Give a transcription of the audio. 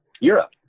Europe